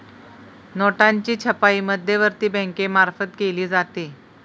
नोटांची छपाई मध्यवर्ती बँकेमार्फत केली जाते